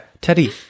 Teddy